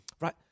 right